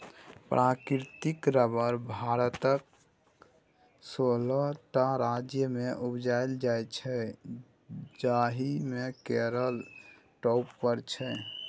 प्राकृतिक रबर भारतक सोलह टा राज्यमे उपजाएल जाइ छै जाहि मे केरल टॉप पर छै